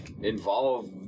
involve